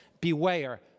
beware